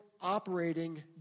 operating